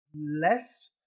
less